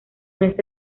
este